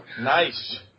nice